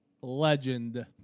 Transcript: legend